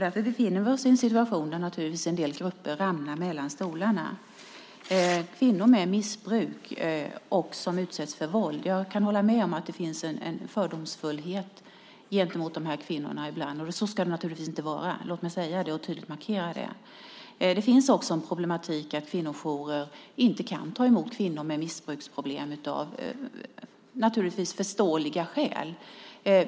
Därför befinner vi oss i en situation där naturligtvis en del grupper ramlar mellan stolarna. När det gäller kvinnor med missbruk och som utsätts för våld kan jag hålla med om att det finns en fördomsfullhet gentemot de kvinnorna ibland. Så ska det naturligtvis inte vara. Låt mig säga det och tydligt markera det. Det finns också en problematik att kvinnojourer inte kan ta emot kvinnor med missbruksproblem, av förståeliga skäl.